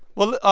well,